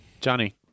Johnny